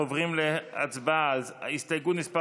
אנחנו עוברים להצבעה על הסתייגות מס'